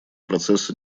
процесса